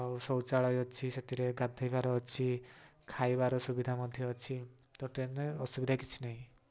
ଆଉ ଶୌଚାଳୟ ଅଛି ସେଥିରେ ଗାଧୋଇବାର ଅଛି ଖାଇବାର ସୁବିଧା ମଧ୍ୟ ଅଛି ତ ଟ୍ରେନ୍ରେ ଅସୁବିଧା କିଛି ନାହିଁ